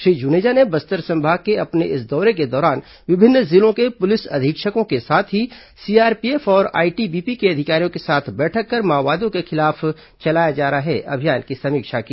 श्री जुनेजा ने बस्तर संभाग के अपने इस दौरे के दौरान विभिन्न जिलों के पुलिस अधीक्षकों के साथ ही सीआरपीएफ और आईटीबीपी के अधिकारियों के साथ बैठक कर माओवादियों के खिलाफ चलाए जा रहे अभियान की समीक्षा की